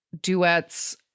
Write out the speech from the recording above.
duets